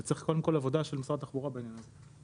אז צריך קודם כול עבודה של משרד התחבורה בעניין הזה.